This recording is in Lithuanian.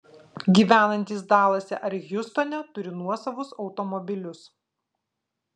gyvenantys dalase ar hjustone turi nuosavus automobilius